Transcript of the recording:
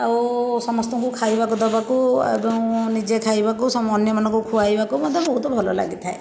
ଆଉ ସମସ୍ତଙ୍କୁ ଖାଇବାକୁ ଦେବାକୁ ଏବଂ ନିଜେ ଖାଇବାକୁ ସମ୍ ଅନ୍ୟମାନଙ୍କୁ ଖୁଆଇବାକୁ ମୋତେ ବହୁତ ଭଲ ଲାଗିଥାଏ